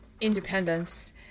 independence